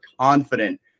confident